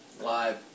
live